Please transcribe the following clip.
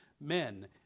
Men